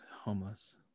Homeless